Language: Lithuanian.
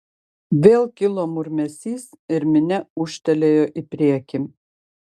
vėl kilo murmesys ir minia ūžtelėjo į priekį